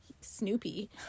Snoopy